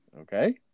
Okay